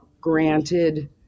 granted